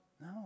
no